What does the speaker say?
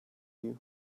you